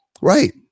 Right